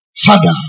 Father